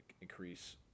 increase